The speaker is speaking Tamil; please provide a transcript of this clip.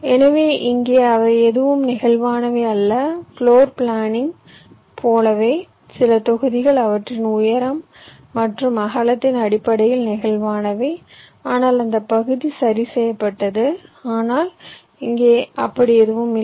எனவே இங்கே அவை எதுவும் நெகிழ்வானவை அல்ல ப்ளோர் பிளானிங் போலவே சில தொகுதிகள் அவற்றின் உயரம் மற்றும் அகலத்தின் அடிப்படையில் நெகிழ்வானவை ஆனால் அந்த பகுதி சரி செய்யப்பட்டது ஆனால் இங்கே அப்படி எதுவும் இல்லை